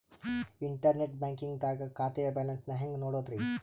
Internet banking ದಾಗ ಖಾತೆಯ balance ನ ಹೆಂಗ್ ನೋಡುದ್ರಿ?